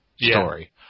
story